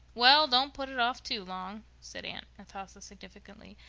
well, don't put it off too long, said aunt atossa significantly.